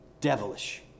devilish